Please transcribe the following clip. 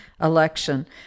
election